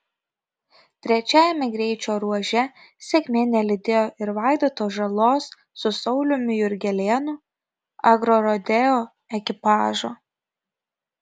trečiajame greičio ruože sėkmė nelydėjo ir vaidoto žalos su sauliumi jurgelėnu agrorodeo ekipažo